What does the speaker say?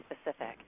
specific